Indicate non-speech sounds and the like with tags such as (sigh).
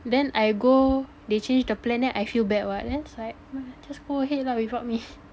then I go they change the plan then I feel bad [what] then it's like uh just go ahead lah without me (laughs)